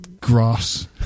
grass